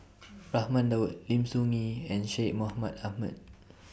Raman Daud Lim Soo Ngee and Syed Mohamed Ahmed